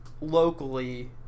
locally